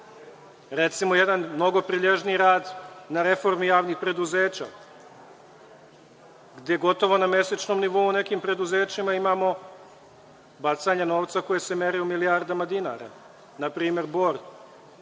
Recimo, jedan mnogo prilježniji rad na reformi javnih preduzeća, gde gotovo na mesečnom nivou u nekim preduzećima imamo bacanje novca koje se meri u milijardama dinara. Na primer, Bor